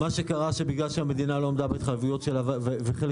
מה שקרה זה שבגלל שהמדינה לא עמדה בתחזיות שלה וחלק